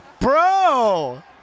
Bro